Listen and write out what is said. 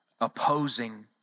opposing